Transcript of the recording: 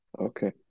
Okay